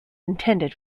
intended